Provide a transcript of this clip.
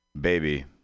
baby